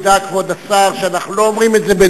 ידע כבוד השר שאנחנו לא אומרים את זה לשר